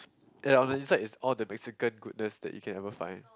and on the inside it's all the Mexican goodness you can ever find